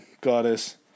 goddess